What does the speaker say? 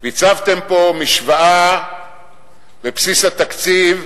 הצבתם פה משוואה בבסיס התקציב,